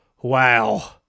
Wow